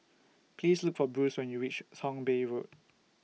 Please Look For Bruce when YOU REACH Thong Bee Road